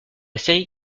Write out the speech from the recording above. série